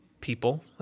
people